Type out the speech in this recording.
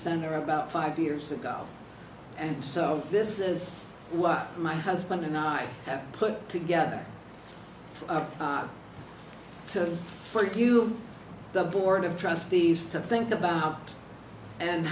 center about five years ago and so this is what my husband and i have put together to for you the board of trustees to think about and